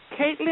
Caitlin